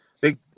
big